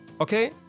okay